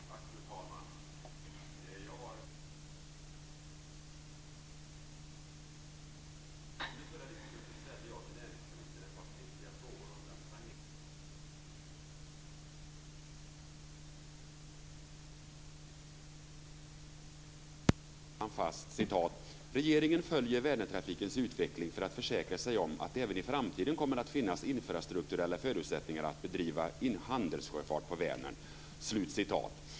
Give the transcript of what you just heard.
Fru talman! Jag vill ställa en fråga till näringsministern som handlar om Vänersjöfarten. Under förra riksmötet ställde jag till näringsministern ett par skriftliga frågor om den stagnerande Vänersjöfarten, där Vänerhamn nu börjar säga upp folk. I ett skriftligt svar den 3 maj i år slår han fast: "Regeringen följer Vänertrafikens utveckling för att försäkra sig om att det även i framtiden kommer att finnas infrastrukturella förutsättningar att bedriva handelssjöfart på Vänern."